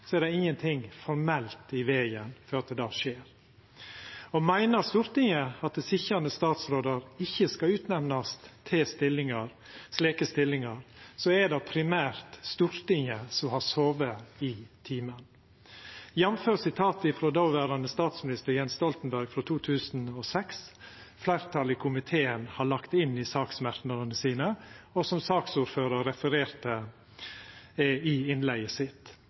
er det ingenting formelt i vegen for at det skjer. Meiner Stortinget at sitjande statsrådar ikkje skal utnemnast til slike stillingar, er det primært Stortinget som har sove i timen – jamfør sitatet frå dåverande statsminister Jens Stoltenberg frå 2006, som fleirtalet i komiteen har lagt inn i saksmerknadene sine, og som saksordføraren refererte i innlegget sitt: